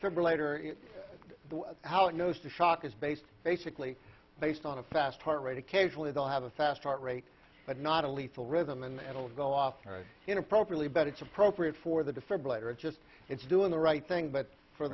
were later how it knows to shock is based basically based on a fast heart rate occasionally they'll have a fast heart rate but not a lethal rhythm and it will go off inappropriately but it's appropriate for the different bladder it's just it's doing the right thing but